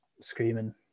screaming